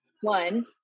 one